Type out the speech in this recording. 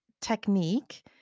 technique